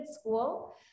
school